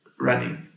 running